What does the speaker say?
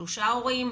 שלושה הורים,